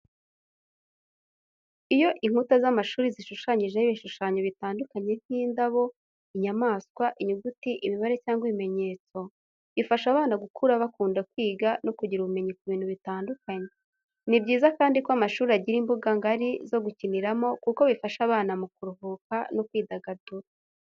Iyo inkuta z'amashuri zishushanyijeho ibishushanyo bitandukanye nk'indabo, inyamaswa, inyuguti, imibare cyangwa ibimenyetso bifasha abana gukura bakunda kwiga no kugira ubumenyi ku bintu bitandukanye, ni byiza kandi ko amashuri agira imbuga ngari zo gukiniramo, kuko bifasha abana mu kuruhuka no kwidagadura.